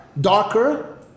darker